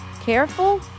careful